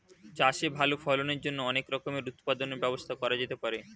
চাষে ভালো ফলনের জন্য অনেক রকমের উৎপাদনের ব্যবস্থা করা যেতে পারে